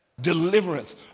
Deliverance